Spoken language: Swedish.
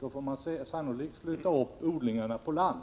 Då får man sannolikt flytta odlingarna upp på land